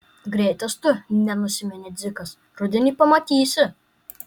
greitas tu nenusiminė dzikas rudenį pamatysi